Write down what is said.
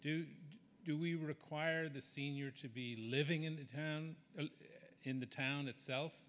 do do we require the senior to be living in the town in the town itself